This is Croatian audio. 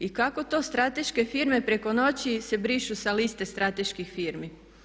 I kako to strateške firme preko noći se brišu sa liste strateških firmi?